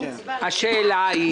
השאלה היא